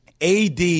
AD